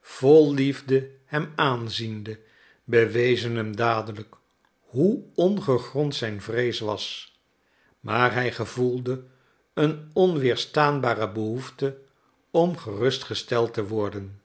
vol liefde hem aanziende bewezen hem dadelijk hoe ongegrond zijn vrees was maar hij gevoelde een onweerstaanbare behoefte om gerustgesteld te worden